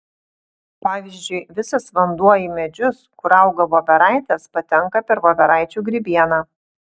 pavyzdžiui visas vanduo į medžius kur auga voveraitės patenka per voveraičių grybieną